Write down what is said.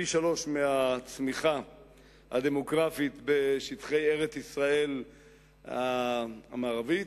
פי-שלושה מהצמיחה הדמוגרפית בשטחי ארץ-ישראל המערבית,